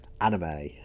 Anime